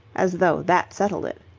as though that settled it.